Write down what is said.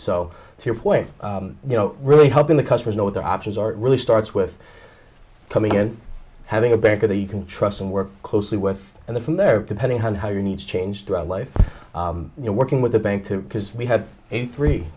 point you know really helping the customers know what their options are really starts with coming in having a banker that you can trust and work closely with and the from there depending on how your needs change throughout life you're working with the bank because we had a three